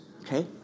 Okay